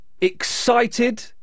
excited